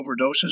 overdoses